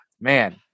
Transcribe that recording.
man